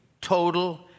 total